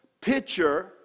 picture